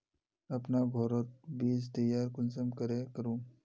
अपना घोरोत बीज तैयार कुंसम करे करूम?